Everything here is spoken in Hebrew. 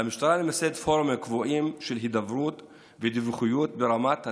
על המשטרה למסד פורומים קבועים של הידברות ודיווחים ברמת התחנה,